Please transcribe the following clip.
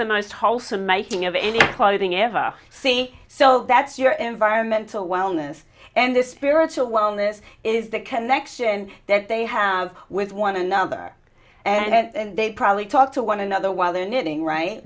the most wholesome making of any clothing ever see so that's your environmental wellness and the spiritual wellness is the connection that they have with one another and they probably talk to one another while they are knitting right